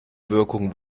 wirkung